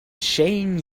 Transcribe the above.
shane